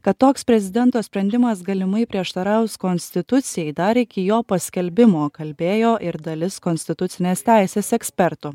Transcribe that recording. kad toks prezidento sprendimas galimai prieštaraus konstitucijai dar iki jo paskelbimo kalbėjo ir dalis konstitucinės teisės ekspertų